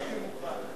באתי מוכן.